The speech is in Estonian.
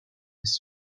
sest